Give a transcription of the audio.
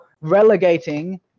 relegating